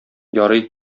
ярый